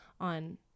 on